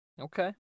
Okay